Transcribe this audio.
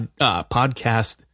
podcast